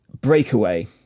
breakaway